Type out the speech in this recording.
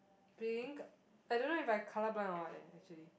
pink I don't know if I colour blind or what leh actually